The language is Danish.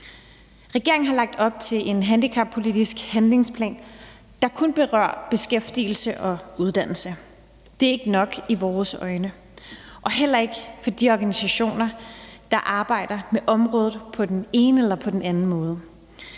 Regeringen har lagt op til en handicappolitisk handlingsplan, der kun berører beskæftigelse og uddannelse. Det er ikke nok i vores øjne og heller ikke for de organisationer, der arbejder med området på den ene eller den anden måde.